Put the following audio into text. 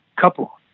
couple